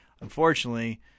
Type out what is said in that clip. Unfortunately